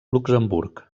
luxemburg